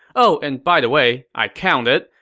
oh and by the way, i counted,